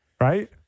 right